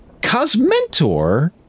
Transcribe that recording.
Cosmentor